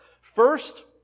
First